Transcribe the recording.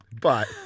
but-